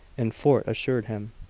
and fort assured him,